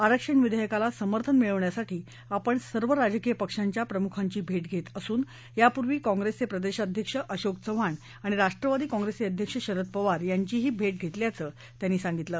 आरक्षण विधक्काला समर्थन मिळवण्यासाठी आपण सर्व राजकीय पक्षाच्या प्रमुखांची भटीघरि यापूर्वी काँग्रस्त्रि प्रिदर्शाध्यक्ष अशोक चव्हाण आणि राष्ट्रवादी काँग्रस्त्रि अध्यक्ष शरद पवार यांचीही भटघर्तक्षी असल्याचं त्यांनी सांगितलं